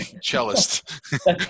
cellist